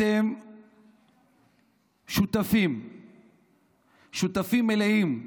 אתם שותפים מלאים,